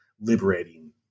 liberating